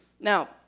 Now